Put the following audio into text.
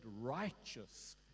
righteous